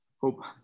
Hope